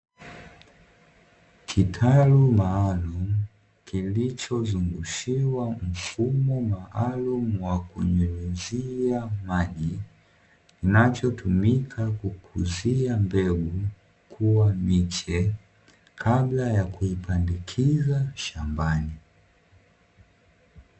Kitalu maalumu kilichozungushiwa mfumo maalumu wa kunyunyizia maji, kinachotumika kukuzia mbegu kuwa miche kabla ya kuipandikiza shambani.